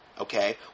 okay